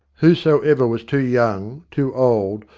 whosoever was too young, too old,